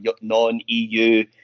non-EU